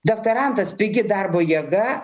doktorantas pigi darbo jėga